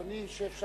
אדוני ישב שם,